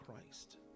Christ